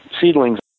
seedlings